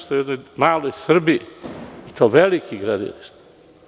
Sve to u jednoj maloj Srbiji i to velikih gradilišta.